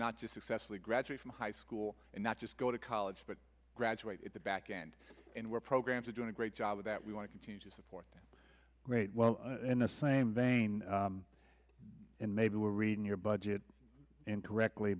not just successfully graduate from high school and not just go to college but graduate at the back end and where programs are doing a great job with that we want to continue to support great well in the same vein and maybe we're reading your budget incorrectly